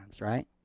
right